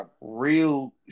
real